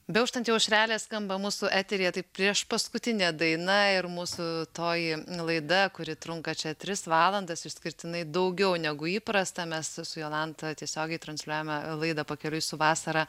beauštanti aušrelė skamba mūsų eteryje tai priešpaskutinė daina ir mūsų toji laida kuri trunka čia tris valandas išskirtinai daugiau negu įprasta mes su jolanta tiesiogiai transliuojame laidą pakeliui su vasara